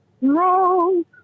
No